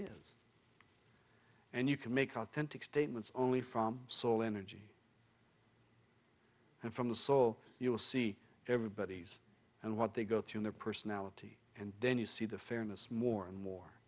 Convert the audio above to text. do and you can make authentic statements only from solar energy and from the soul you will see everybody's and what they go through their personality and then you see the fairness more and more